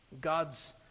God's